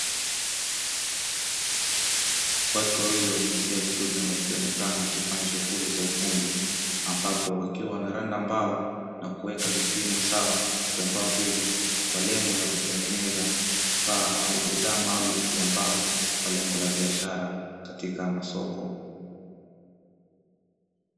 Watu wawili wa jinsia ya kiume wakionekana wakifanya shughuli za ufundi, ambapo wakiwa wanaranda mbao na kuweka vipimo sawa za mbao hizi kwa lengo la kutengeneza vifaa au bidhaa maalumu ya mbao kwa lengo la biashara katika kasoko.